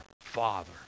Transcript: father